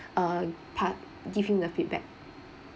uh pa~ give him the feedback